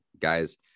Guys